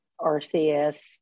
RCS